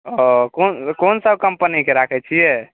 ओ कोन कोन सब कम्पनीके राखै छियै